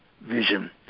vision